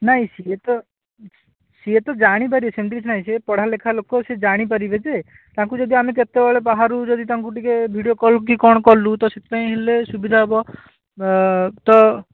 ନାହିଁ ସିଏ ତ ସିଏ ତ ଜାଣିପାରିବେ ସେମିତି କିଛି ନାଇଁ ସିଏ ପଢ଼ାଲେଖା ଲୋକ ସିଏ ଜାଣିପାରିବେ ଯେ ତାଙ୍କୁ ଯଦି ଆମେ କେତେବେଳେ ବାହାରୁ ଯଦି ତାଙ୍କୁ ଟିକିଏ ଭିଡ଼ିଓ କଲ୍ କି କ'ଣ କଲୁ ତ ସେଥିପାଇଁ ହେଲେ ସୁବିଧା ହବ ତ